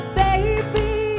baby